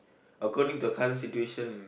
according to the current situation